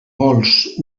vols